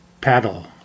paddle